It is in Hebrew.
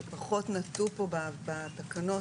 שפחות נטו פה בתקנות